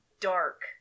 dark